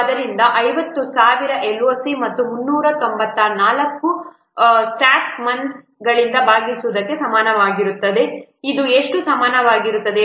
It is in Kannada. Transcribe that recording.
ಆದ್ದರಿಂದ ಇದು 50000 LOC ಯನ್ನು 394 ಸ್ಟಾಫ್ ಮಂತ್ಸ್ಗಳಿಂದ ಭಾಗಿಸುವುದಕ್ಕೆ ಸಮಾನವಾಗಿರುತ್ತದೆ ಇದು ಎಷ್ಟು ಸಮಾನವಾಗಿರುತ್ತದೆ